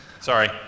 Sorry